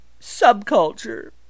subculture